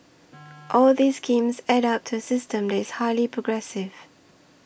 all these schemes add up to a system that is highly progressive